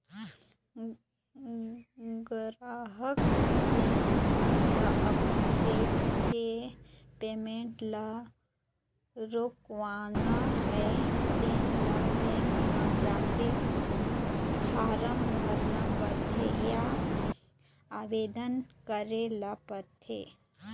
गराहक जेन ल अपन चेक के पेमेंट ल रोकवाना हे तेन ल बेंक म जाके फारम भरना परथे या आवेदन करे ल परथे